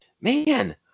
man